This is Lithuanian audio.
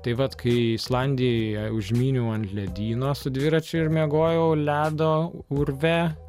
tai vat kai islandijoje užmyniau ant ledyno su dviračiu ir miegojau ledo urve